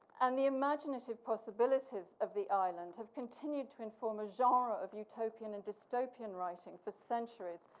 and the imaginative possibilities of the island have continued to inform a genre of utopian and dystopian writing for centuries,